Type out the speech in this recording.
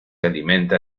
alimenta